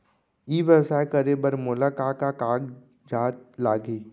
ई व्यवसाय करे बर मोला का का कागजात लागही?